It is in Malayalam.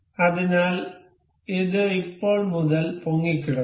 അതിനാൽ ഇത് ഇപ്പോൾ മുതൽ പൊങ്ങിക്കിടക്കും